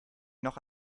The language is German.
noch